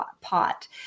pot